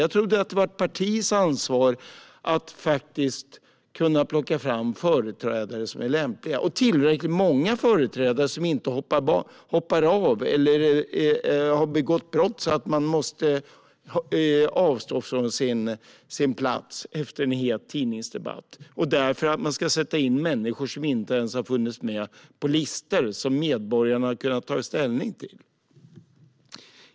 Jag trodde att det var ett partis ansvar att plocka fram företrädare som är lämpliga och tillräckligt många företrädare som inte hoppar av eller har begått brott och därför måste avstå från sin plats efter en het tidningsdebatt, så att man därför måste sätta in människor som inte ens har funnits med på listor som medborgarna har kunnat ta ställning till.